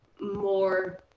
more